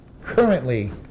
currently